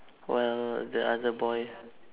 while the other boy